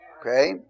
okay